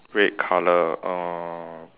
red colour ah uh